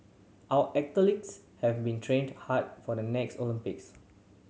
our athletes have been training hard for the next Olympics